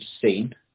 seen